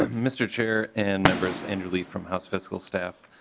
ah mr. chair and members andrew lee from house fiscal staff.